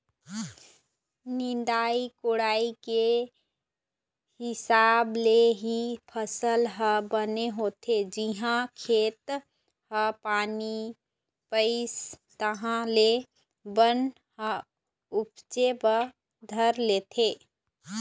निंदई कोड़ई के हिसाब ले ही फसल ह बने होथे, जिहाँ खेत ह पानी पइस तहाँ ले बन ह उपजे बर धर लेथे